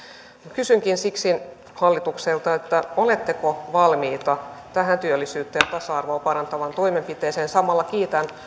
kysynkin siksi hallitukselta oletteko valmiita tähän työllisyyttä ja tasa arvoa parantavaan toimenpiteeseen samalla kiitän